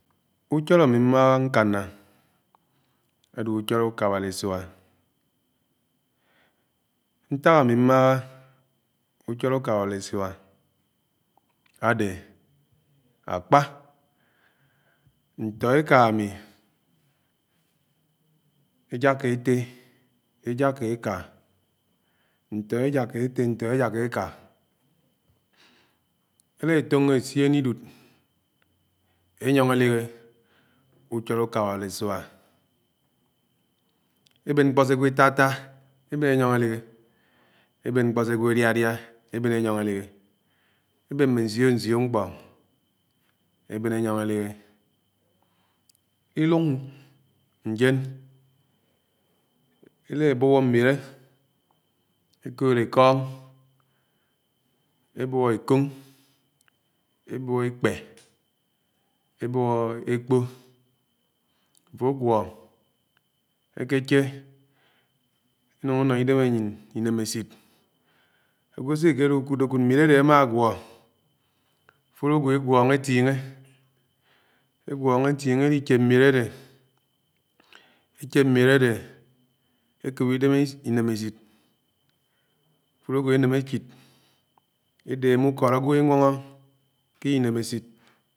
úchọlọ ami m̃m̃áa ñkána adé ùchọlọ ùkàbáli-isuá ñták ami mmàhá ùchọlọ ùkábáli-isuá adé: àkpá ñtọéká ami, èjáká etté, ajàká eká, ntọ èjáká etté, ñtó èjáká eká elá ètóngò éssíèn ídùd enyọngọ èlihé ùchọlọ ùkábãli-isua. ebén nkpo sé ágwo etata ebèn enyongo elihé, èbén ñkpo se agwo àdiadia ebén ènyongo elihé, èbén m̃m̃é ñsió-nsió mkpọ ebén ényọngọ èlihé. Ilung njen ela ebówó mmilé ekoõd ekong ebówó èkóng, ebówó èkpé, èbòwó ekpó afo àguọ àhéché ányung ánọ idem anyin inémésit. Agwo séakéhi ùkúdèkúd mmilé adé amã àguõ afúló ágwo eñwọnọ etinge, ènwọnọ ètínge èliché mmile adé, eehé mmile adé ekop idém inemesit, afúló agwo éméméchid édémé ukọọd agwo enwọnọ ké inémésit.